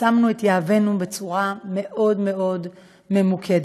שמנו את יהבנו בצורה מאוד מאוד ממוקדת.